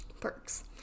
Perks